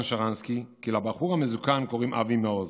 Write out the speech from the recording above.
שרנסקי כי לבחור המזוקן קוראים אבי מעוז,